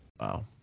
Wow